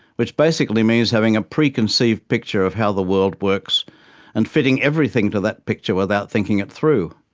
which basically means having a preconceived picture of how the world works and fitting everything to that picture without thinking it through.